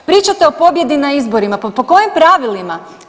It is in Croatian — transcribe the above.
Pričate o pobjedi na izborima, pa po kojim pravilima?